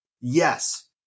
Yes